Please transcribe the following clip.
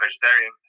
vegetarian